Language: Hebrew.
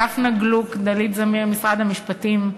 דפנה גלוק ודלית זמיר ממשרד המשפטים,